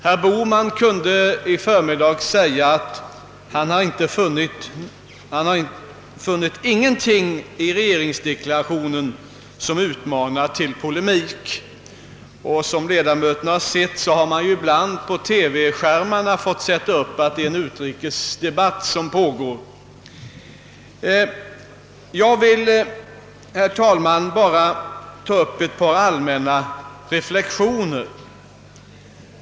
Herr Bohman kunde i förmiddags säga att han inte funnit något i regeringsdeklarationen som utmanar till polemik. Som 1edamöterna har sett har man ibland på TV-skärmarna fått sätta upp anslag om att det är en utrikespolitisk debatt som pågått. Jag vill, herr talman, bara göra ett par allmänna reflexioner.